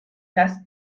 las